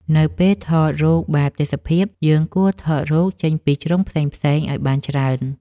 នៅពេលថតរូបបែបទេសភាព យើងគួរថតរូបចេញពីជ្រុងផ្សេងៗឱ្យបានច្រើន។